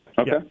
Okay